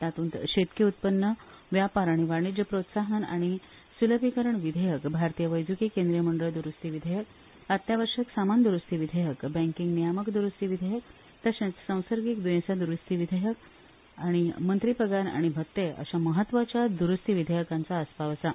तातूंत शेतकी उत्पन्न व्यापार आनी वाणिज्य प्रोत्साहन आनी सुलभीकरण विधेयक भारतीय वैजकी केंद्रीय मंडळ दुरुस्ती विधेयक अत्यावश्यक सामान दुरुस्ती विधेयक बँकींग नियामक दुरुस्ती विधेयक तशेच संसर्गिक दुर्येसां द्रुस्ती विधेयक तशेच मंत्री पगार आनी भत्ते अशा म्हत्वाच्या द्रुस्ती विधेयकांचो आसपाव आसा